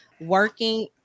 working